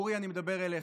אורי, אני מדבר אליך,